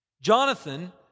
Jonathan